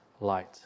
light